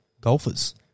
golfers